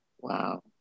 wow